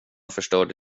förstörde